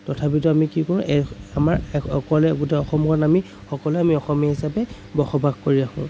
তথাপিতো আমি কি কৰোঁ এক আমাৰ এক অকলে গোটেই অসমখন আমি সকলোৱে আমি অসমীয়া হিচাপে বসবাস কৰি আহোঁ